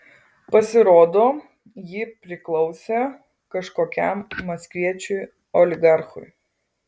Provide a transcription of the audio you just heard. pasirodo ji priklausė kažkokiam maskviečiui oligarchui